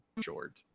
short